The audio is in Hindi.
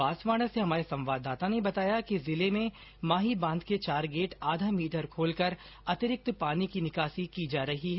बांसवाड़ा से हमारे संवाददाता ने बताया कि जिले में माही बांध के चार गेट आधा मीटर खोलकर अतिरिक्त पानी की निकासी की जा रही है